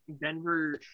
Denver